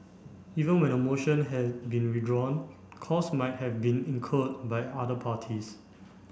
even when a motion had been withdrawn costs might have been incurred by other parties